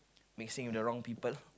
mixing with the wrong people